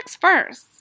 first